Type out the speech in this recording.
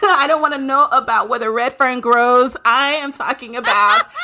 but i don't want to know about whether redfern grows. i am talking about.